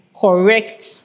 correct